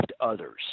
others